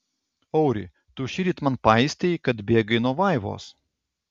auri tu šįryt man paistei kad bėgai nuo vaivos